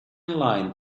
line